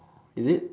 is it